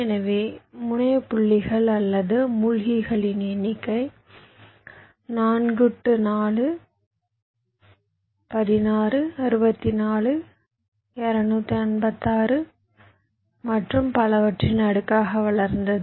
எனவே முனைய புள்ளிகள் அல்லது மூழ்கிகளின் எண்ணிக்கை 4 4 16 64 256 மற்றும் பலவற்றின் அடுக்காக வளர்ந்தது